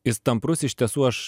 jis tamprus iš tiesų aš